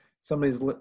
somebody's